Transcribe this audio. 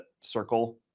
circle